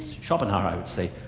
schopenhauer, i would say,